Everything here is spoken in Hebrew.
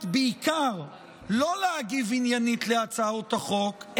בעיקר לא להגיב עניינית להצעות החוק,